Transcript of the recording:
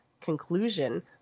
conclusion